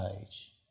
age